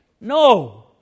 No